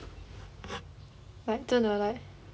like 真的 like